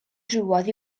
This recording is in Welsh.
drwodd